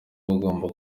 agomba